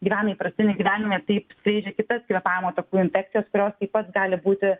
gyvena įprastinį gyvenimą taip skleidžia kitas kvėpavimo takų infekcijas kurios taip pat gali būti